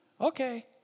Okay